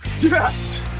Yes